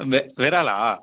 வெ இறாலா